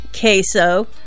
queso